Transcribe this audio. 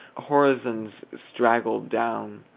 horizons straggled down.